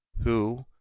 who,